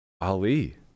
Ali